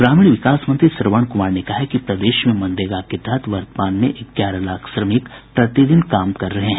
ग्रामीण विकास मंत्री श्रवण कुमार ने कहा है कि प्रदेश में मनरेगा के तहत वर्तमान में ग्यारह लाख श्रमिक प्रतिदिन काम कर रहे हैं